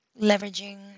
leveraging